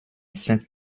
saint